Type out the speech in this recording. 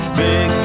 big